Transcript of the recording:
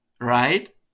right